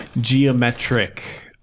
geometric